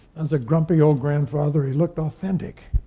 as a grumpy old grandfather, he looked authentic.